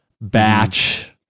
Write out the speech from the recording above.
batch